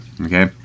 okay